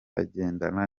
agendana